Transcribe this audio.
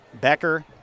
Becker